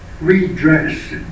redress